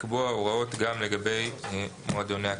לקבוע הוראות גם לגבי מועדוני הקליעה.